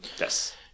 Yes